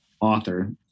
author